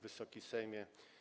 Wysoki Sejmie!